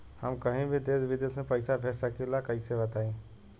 हम कहीं भी देश विदेश में पैसा भेज सकीला कईसे बताई?